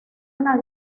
una